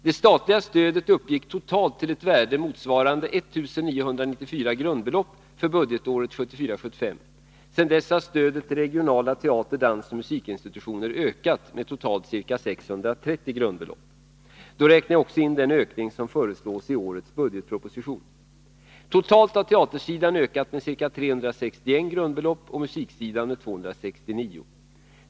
Det statliga stödet uppgick totalt till ett värde motsvarande 1994 grundbelopp för budgetåret 1974/75. Sedan dess har stödet till regionala teater-, dansoch musikinstitutioner ökat med totalt ca 630 grundbelopp. Då räknar jag också in den ökning som föreslås i årets budgetproposition. Totalt har teatersidan ökat med ca 361 grundbelopp och musiksidan med 269.